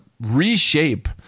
reshape